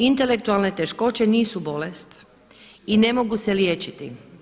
Intelektualne teškoće nisu bolest i ne mogu se liječiti.